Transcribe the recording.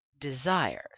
desires